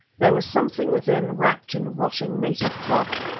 there was something within wrapped in rotting native cloth.